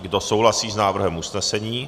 Kdo souhlasí s návrhem usnesení?